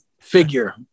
figure